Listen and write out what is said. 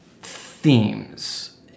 themes